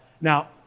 now